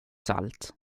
salt